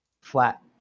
flat